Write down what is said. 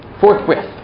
Forthwith